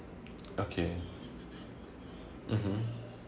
okay mmhmm